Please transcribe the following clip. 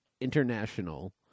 International